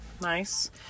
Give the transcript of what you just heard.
nice